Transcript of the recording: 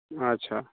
अच्छा